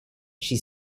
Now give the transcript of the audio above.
she